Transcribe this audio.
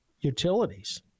utilities